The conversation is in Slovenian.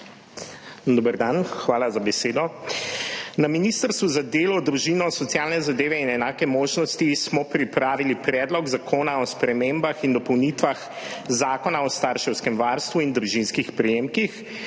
Na Ministrstvu za delo, družino, socialne zadeve in enake možnosti smo pripravili Predlog zakona o spremembah in dopolnitvah Zakona o starševskem varstvu in družinskih prejemkih,